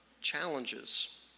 challenges